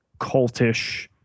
cultish